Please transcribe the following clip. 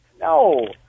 No